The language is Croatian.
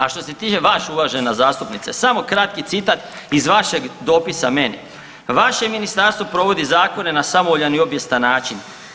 A što se tiče vas uvažena zastupnice, samo kratki citat iz vašeg dopisa meni, vaše ministarstvo provodi zakone na samovoljan i obijestan način.